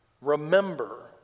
Remember